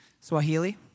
Swahili